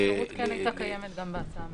האפשרות הייתה קיימת גם בהצעה המקורית.